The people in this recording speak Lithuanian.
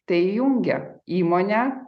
tai jungia įmonę